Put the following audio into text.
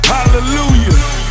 Hallelujah